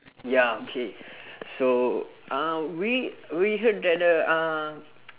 ya okay so uh we we heard that the uh